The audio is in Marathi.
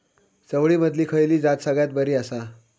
चवळीमधली खयली जात सगळ्यात बरी आसा?